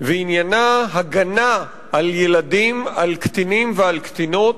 ועניינה הגנה על ילדים, על קטינים ועל קטינות,